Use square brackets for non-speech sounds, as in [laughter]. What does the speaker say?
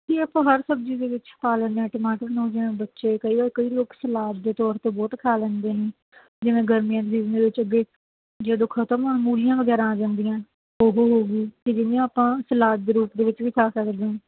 ਨਹੀਂ ਆਪਾਂ ਹਰ ਸਬਜ਼ੀ ਦੇ ਵਿੱਚ ਪਾ ਲੈਂਦੇ ਹਾਂ ਟਮਾਟਰ ਨੂੰ ਜਿਵੇਂ ਬੱਚੇ ਕਈ ਉਹ ਕਈ ਲੋਕ ਸਲਾਦ ਦੇ ਤੌਰ 'ਤੇ ਬਹੁਤ ਖਾ ਲੈਂਦੇ ਨੇ ਜਿਵੇਂ ਗਰਮੀਆਂ ਦੇ [unintelligible] ਵਿੱਚ ਅੱਗੇ ਜਦੋਂ ਖਤਮ ਹੋਣ ਮੂਲੀਆਂ ਵਗੈਰਾ ਆ ਜਾਂਦੀਆਂ ਉਹ ਹੋ ਗਈ ਅਤੇ ਜਿਵੇਂ ਆਪਾਂ ਸਲਾਦ ਦੇ ਰੂਪ ਵਿੱਚ ਵੀ ਖਾ ਸਕਦੇ ਹਾਂ